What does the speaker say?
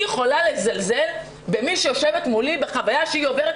אני יכולה לזלזל במי שיושבת מולי בחוויה שהיא עוברת?